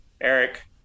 Eric